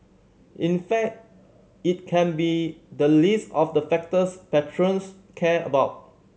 in fact it can be the least of the factors patrons care about